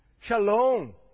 Shalom